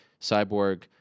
Cyborg